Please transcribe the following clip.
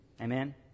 Amen